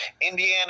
Indiana